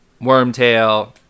Wormtail